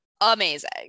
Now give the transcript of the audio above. amazing